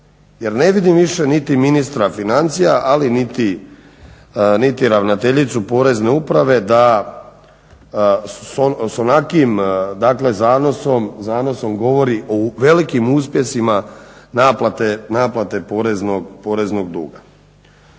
Jer ne vidim više niti ministra financija, ali niti ravnateljicu porezne uprave da s onakvim zanosom govori o velikim uspjesima naplate poreznog duga.